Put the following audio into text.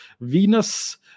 Venus